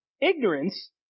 Ignorance